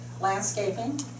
landscaping